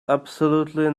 absolutely